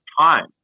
time